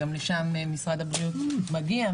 גם לשם משרד הבריאות מגיע,